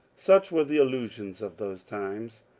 such were the illusions of those times.